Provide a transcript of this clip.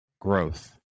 growth